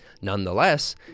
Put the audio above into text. Nonetheless